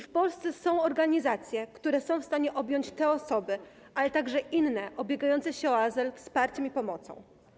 W Polsce są organizacje, które są w stanie objąć te osoby, ale także inne, ubiegające się o azyl, wsparciem i pomocą.